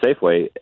Safeway